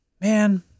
man